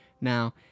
Now